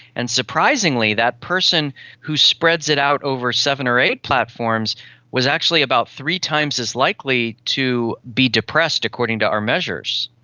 and surprisingly, that person who spreads it out over seven or eight platforms was actually about three times as likely to be depressed, according to our measures.